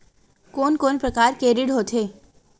कोन कोन प्रकार के ऋण होथे?